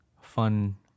Fun